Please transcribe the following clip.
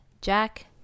Jack